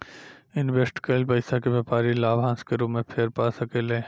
invest कईल पइसा के व्यापारी लाभांश के रूप में फेर पा सकेले